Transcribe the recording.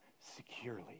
securely